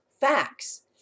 facts